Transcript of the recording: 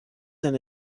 than